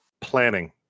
planning